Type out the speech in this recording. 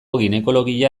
ginekologia